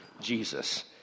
Jesus